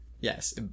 Yes